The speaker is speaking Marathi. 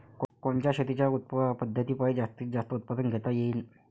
कोनच्या शेतीच्या पद्धतीपायी जास्तीत जास्त उत्पादन घेता येईल?